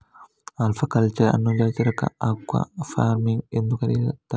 aquaculture ಅನ್ನು ಜಲಚರ aquafarming ಎಂದೂ ಕರೆಯುತ್ತಾರೆ